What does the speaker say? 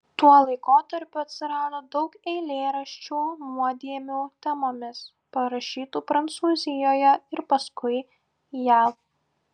tuo laikotarpiu atsirado daug eilėraščių nuodėmių temomis parašytų prancūzijoje ir paskui jav